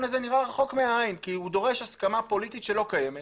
הזה נראה רחוק מהעין כי הוא דורש הסכמה פוליטית שלא קיימת